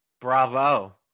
Bravo